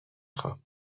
خوام